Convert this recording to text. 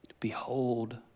Behold